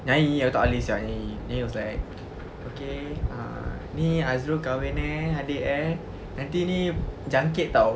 nyayi then he was like okay ah ni azrul kahwin eh adik eh nanti ni jangkit [tau]